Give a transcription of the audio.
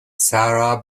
sara